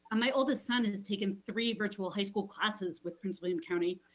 my oldest son has taken three virtual high school classes with prince william county.